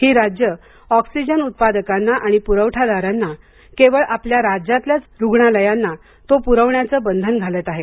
ही राज्यं ऑक्सीजन उत्पादकांना आणि पुरवठादारांना केवळ आपल्या राज्यातल्याच रुग्णालयांना तो पुरवण्याचं बंधन घालत आहेत